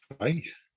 faith